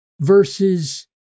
verses